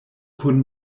kun